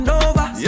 over